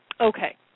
Okay